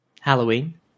Halloween